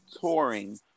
touring